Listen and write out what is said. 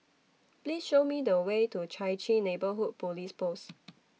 Please Show Me The Way to Chai Chee Neighbourhood Police Post